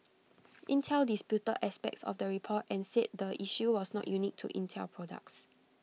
Intel disputed aspects of the report and said the issue was not unique to Intel products